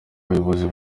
abayobozi